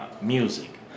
music